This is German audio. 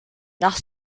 nach